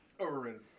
Overrated